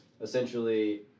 essentially